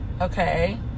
okay